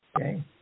Okay